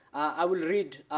i will read